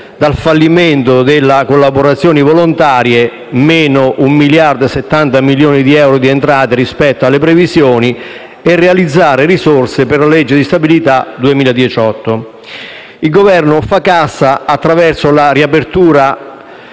dal fallimento delle collaborazioni volontarie (meno 1.070 milioni di euro di entrate rispetto alle previsioni) e realizzare risorse per la legge di stabilità 2018. Il Governo fa cassa attraverso la riapertura